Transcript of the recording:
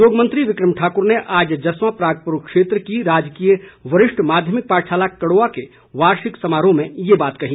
उद्योग मंत्री विक्रम ठाकुर ने आज जसवां परागपुर क्षेत्र की राजकीय वरिष्ठ माध्यमिक पाठशाला कड़ोआ के वार्षिक समारोह में ये बात कही